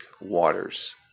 waters